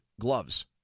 gloves